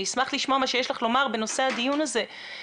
אני אשמח לשמוע מה שיש לך לומר בנושא הדיון הזה.